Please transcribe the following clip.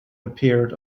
appeared